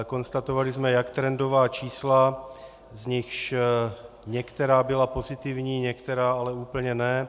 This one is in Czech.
Konstatovali jsme jak trendová čísla, z nichž některá byla pozitivní, některá ale úplně ne.